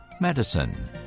medicine